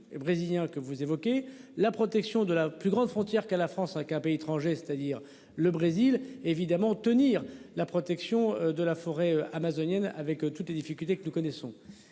brésilien que vous évoquez la protection de la plus grande frontière qu'à la France hein. Qu'un pays étranger, c'est-à-dire le Brésil évidemment tenir la protection de la forêt amazonienne avec toutes les difficultés que nous connaissons